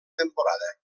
temporada